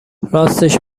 راستش